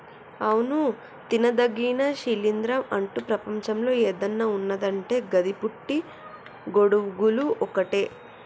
అవును తినదగిన శిలీంద్రం అంటు ప్రపంచంలో ఏదన్న ఉన్నదంటే గది పుట్టి గొడుగులు ఒక్కటే